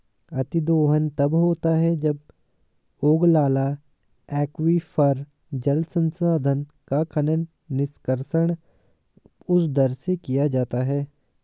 अतिदोहन तब होता है जब ओगलाला एक्वीफर, जल संसाधन का खनन, निष्कर्षण उस दर से किया जाता है